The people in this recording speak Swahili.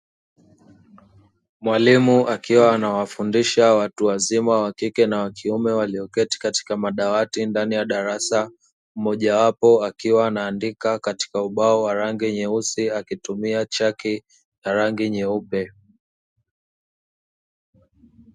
Mwalimu akiwa anawafundisha watu wazima, wa kike na wa kiume walioketi katika madawati ndani ya darasa, mmojawapo akiwa anaandika katika ubao wa rangi nyeusi akitumia chaki ya rangi nyeupe.